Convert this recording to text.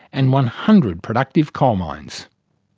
and one hundred productive coal mines.